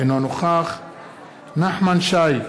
אינו נוכח נחמן שי,